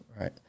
right